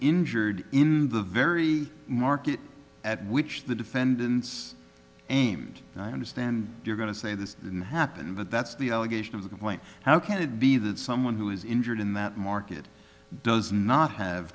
injured in the very market at which the defendants aimed and i understand you're going to say this didn't happen but that's the allegation of the point how can it be that someone who was injured in that market does not have